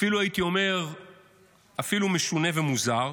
אפילו, הייתי אומר אפילו משונה ומוזר,